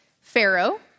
Pharaoh